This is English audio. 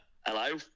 Hello